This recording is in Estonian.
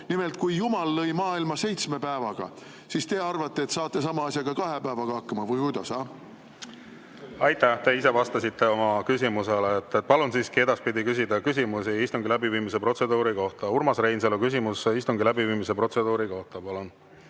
Nimelt, kui Jumal lõi maailma seitsme päevaga, siis te arvate, et saate sama asjaga kahe päevaga hakkama või kuidas? Aitäh! Te ise vastasite oma küsimusele. Palun siiski edaspidi küsida küsimusi istungi läbiviimise protseduuri kohta. Urmas Reinsalu, küsimus istungi läbiviimise protseduuri kohta, palun!